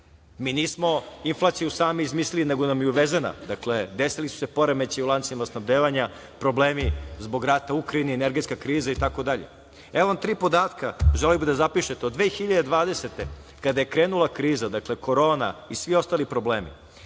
Mi nismo inflaciju sami izmislili, nego nam je uvezena. Dakle, desili su se poremećaji u lancima snabdevanja, problemi zbog rata u Ukrajini, energetska kriza i tako dalje. Evo vam tri podatka, želeo bih da zapišete, od 2020. godine kada je krenula kriza, dakle, korona i svi ostali problemi,